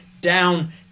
down